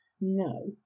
No